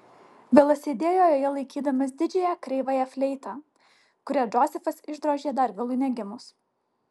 vilas sėdėjo joje laikydamas didžiąją kreivąją fleitą kurią džozefas išdrožė dar vilui negimus